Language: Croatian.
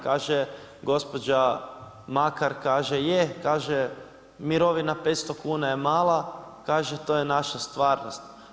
Kaže gospođa Makar, kaže, je kaže, mirovina 500 kn je mala, kaže, to je naša stvarnost.